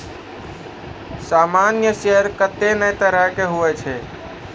सामान्य शेयर कत्ते ने तरह के हुवै छै